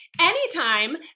anytime